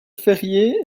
ferrier